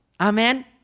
Amen